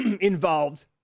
involved